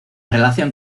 relación